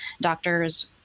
Doctors